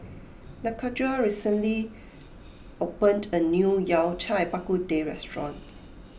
Lakendra recently opened a new Yao Cai Bak Kut Teh restaurant